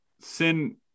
Sin